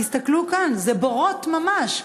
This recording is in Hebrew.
תסתכלו כאן, אלה בורות ממש.